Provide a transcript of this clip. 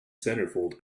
centerfold